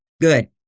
Good